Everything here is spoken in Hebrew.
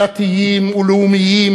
דתיים-לאומיים,